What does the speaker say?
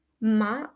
ma